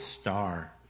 star